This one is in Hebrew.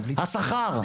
והוא השכר.